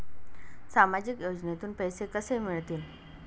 सामाजिक योजनेतून पैसे कसे मिळतील?